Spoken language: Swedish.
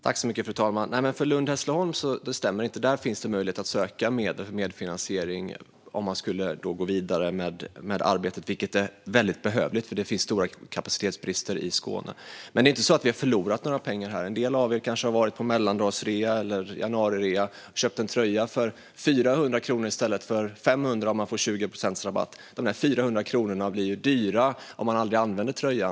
Fru talman! Detta stämmer inte när det gäller Lund-Hässleholm; där finns det möjlighet att ansöka om medfinansiering om man skulle gå vidare med arbetet. Det är väldigt behövligt, för det finns stora kapacitetsbrister i Skåne. Det är inte så att vi har förlorat några pengar här. En del av er kanske har varit på mellandagsrea eller januarirea och köpt en tröja för 400 kronor i stället för 500, med 20 procents rabatt. Dessa 400 kronor blir ju dyra om man aldrig använder tröjan.